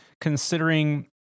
considering